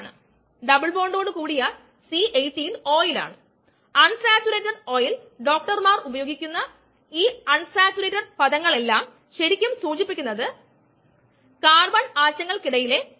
EtSk2k3k1SES അതു ഇതിന് തുല്യം ആണ് EtSk2k3k1SES നമ്മൾ k2 k3 k 1 എന്നത് ചില ക്യാപിറ്റൽ Km എന്ന് വിളിക്കുകയാണെങ്കിൽ അതേ സമവാക്യം ഇതുപോലെ എഴുതാം E t S K m S എന്നത് എൻസൈം സബ്സ്ട്രേറ്റ് കോംപ്ലക്സ് കോൺസെൻട്രേഷനു തുല്യമാണ്